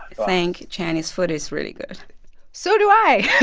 think chinese food is really good so do i